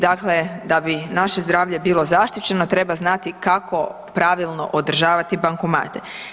Dakle, da bi naše zdravlje bilo zaštićeno treba znati kako pravilno održavati bankomate.